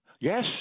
Yes